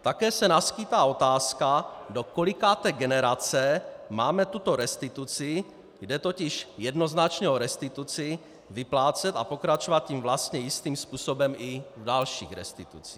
Také se naskýtá otázka, do kolikáté generace máme tuto restituci jde totiž jednoznačně o restituci vyplácet a pokračovat tím vlastně jistým způsobem i v dalších restitucích.